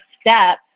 step